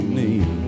need